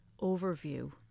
overview